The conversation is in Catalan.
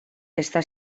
està